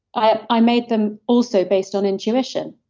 i i made them also based on intuition.